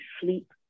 sleep